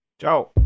Ciao